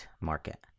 market